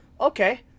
okay